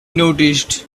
noticed